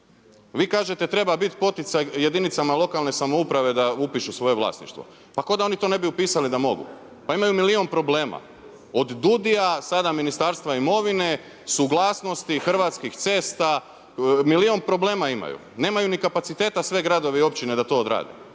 Vi kažete treba biti poticaj jedinicama lokalne samouprave da upišu svoje vlasništvo. Pa kao da oni to ne bi upisali da mogu' pa imaju miliju problema, od DUUDI-ja, sada Ministarstva imovine, suglasnosti Hrvatskih cesta, milijun problema imaju. Nemaju ni kapaciteta sve gradovi i općine da to odrade.